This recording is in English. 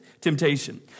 temptation